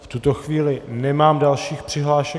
V tuto chvíli nemám dalších přihlášek...